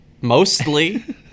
Mostly